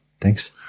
Thanks